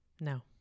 No